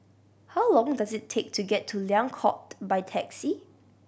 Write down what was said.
how long does it take to get to Liang Court by taxi